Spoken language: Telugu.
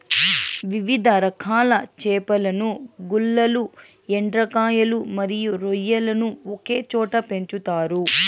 వివిధ రకాల చేపలను, గుల్లలు, ఎండ్రకాయలు మరియు రొయ్యలను ఒకే చోట పెంచుతారు